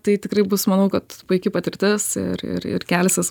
tai tikrai bus manau kad puiki patirtis ir ir ir kelsis